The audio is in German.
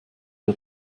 der